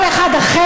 כל אחד אחר